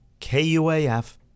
KUAF